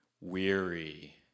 weary